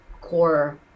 core